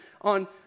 on